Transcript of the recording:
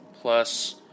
plus